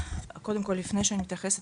קודם כל לפני שאני אתייחס,